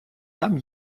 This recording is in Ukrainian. там